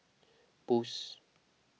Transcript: Boost